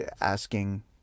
asking